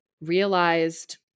realized